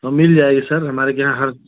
हाँ मिल जाएगी सर हमारे यहाँ हर